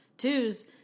twos